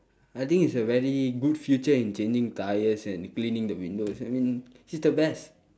I think it's a very good future in changing tyres and cleaning the windows I mean he's the best